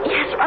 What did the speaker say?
Yes